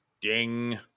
Ding